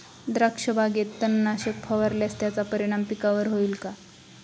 द्राक्षबागेत तणनाशक फवारल्यास त्याचा परिणाम पिकावर होईल का?